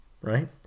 right